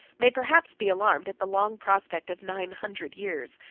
may, perhaps, be alarmed at the long prospect of nine hundred years.